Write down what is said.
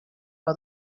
for